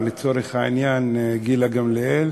העניין, גילה גמליאל,